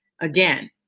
again